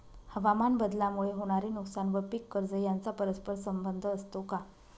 हवामानबदलामुळे होणारे नुकसान व पीक कर्ज यांचा परस्पर संबंध असतो का?